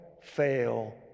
fail